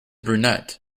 brunette